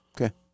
Okay